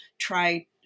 try